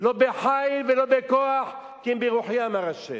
"לא בחַיִל ולא בכֹח כי אם ברוחי אמר ה'".